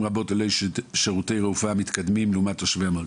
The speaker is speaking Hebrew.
רבות עם חוסר שירותי רפואה מתקדמים ביחס